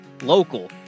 local